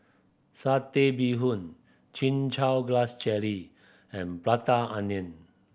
Satay Bee Hoon Chin Chow Grass Jelly and Prata Onion